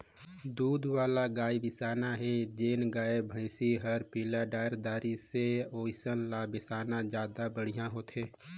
दूद वाला गाय बिसाना हे त जेन गाय, भइसी हर पिला डायर दारी से ओइसन ल बेसाना जादा बड़िहा होथे